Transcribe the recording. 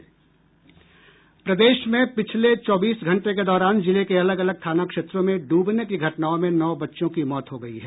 प्रदेश में पिछले चौबीस घंटे के दौरान जिले के अलग अलग थाना क्षेत्रों में ड्रबने की घटनाओं में नौ बच्चों की मौत हो गयी है